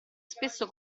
spesso